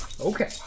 Okay